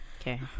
Okay